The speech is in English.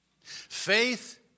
Faith